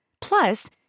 Plus